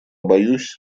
боюсь